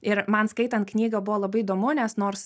ir man skaitant knygą buvo labai įdomu nes nors